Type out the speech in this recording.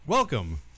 Welcome